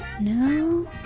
no